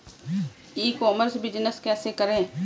ई commerce business कैसे करें?